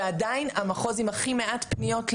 ועדיין המחוז עם הכי מעט פניות ל-100.